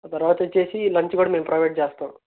తర్వాత వచ్చేసి లంచ్ కూడా మేము ప్రొవైడ్ చేస్తాం